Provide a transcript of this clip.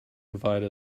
provide